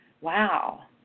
wow